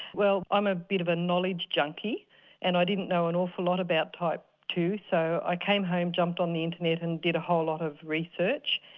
well i'm a bit of a knowledge junkie and i didn't know an awful lot about type two so i came home, jumped on the internet and did a whole lot of research.